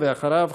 ואחריו,